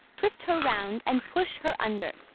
twist her round, and push her under.